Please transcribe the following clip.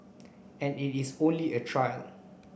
and it is only a trial